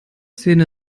szene